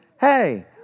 hey